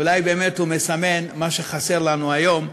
אולי באמת הוא מסמן מה שחסר לנו היום.